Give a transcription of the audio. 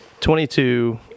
22